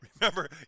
Remember